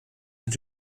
were